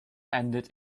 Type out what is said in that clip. ended